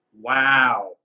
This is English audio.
Wow